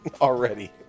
Already